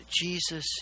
Jesus